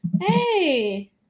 Hey